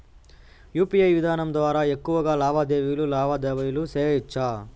UPI విధానం ద్వారా ఎక్కువగా లావాదేవీలు లావాదేవీలు సేయొచ్చా?